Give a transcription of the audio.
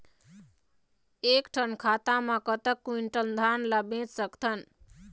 एक ठन खाता मा कतक क्विंटल धान ला बेच सकथन?